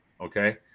Okay